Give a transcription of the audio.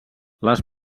les